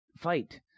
fight